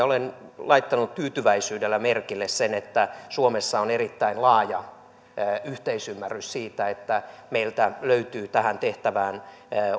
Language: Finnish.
olen laittanut tyytyväisyydellä merkille sen että suomessa on erittäin laaja yhteisymmärrys siitä että meiltä löytyy tähän tehtävään